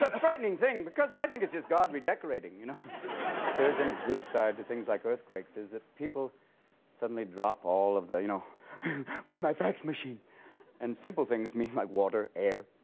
ah frightening thing because i think it's just god redecorating you know there's any good side to things like earthquakes is that people suddenly drop all of their you know where's my fax machine and simple things meeting like water air?